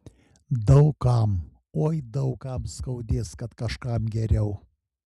daug kam oi daug kam skaudės kad kažkam geriau